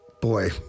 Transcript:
boy